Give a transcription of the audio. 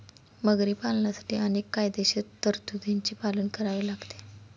मगरी पालनासाठी अनेक कायदेशीर तरतुदींचे पालन करावे लागते